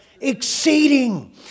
Exceeding